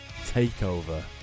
TakeOver